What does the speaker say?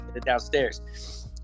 downstairs